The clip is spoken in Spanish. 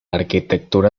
arquitectura